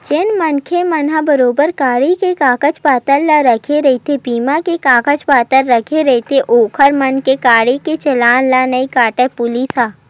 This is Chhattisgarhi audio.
जेन मनखे मन ह बरोबर गाड़ी के कागज पतर ला रखे रहिथे बीमा के कागज पतर रखे रहिथे ओखर मन के गाड़ी के चलान ला नइ काटय पुलिस ह